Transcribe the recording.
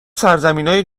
سرزمینای